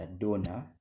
donor